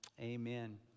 amen